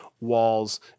walls